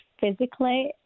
physically